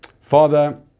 Father